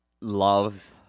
love